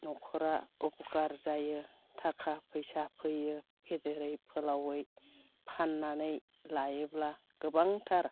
नखरा अपकार जायो ताखा फैसा फैयो फेदेरै फोलावै फान्नानै लायोब्ला गोबांथार